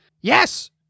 yes